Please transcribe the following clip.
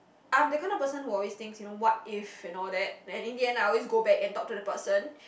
I'm the kind of person who always thinks you know what if and all that then in the end I always go back and talk to the person